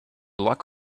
luck